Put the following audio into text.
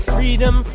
Freedom